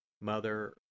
Mother